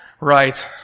Right